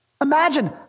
Imagine